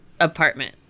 Apartment